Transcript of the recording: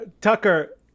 Tucker